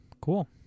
Cool